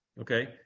Okay